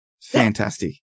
Fantastic